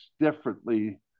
differently